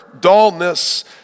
dullness